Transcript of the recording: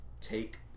take